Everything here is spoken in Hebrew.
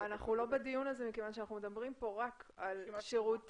אנחנו לא בדיון הזה מכיוון שכאן אנחנו מדברים רק על רשימה